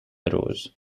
arose